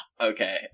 Okay